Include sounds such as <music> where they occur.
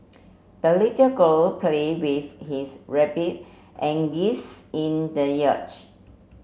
the little girl play with his rabbit and geese in the <unintelligible>